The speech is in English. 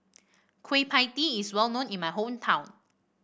Kueh Pie Tee is well known in my hometown